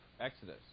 exodus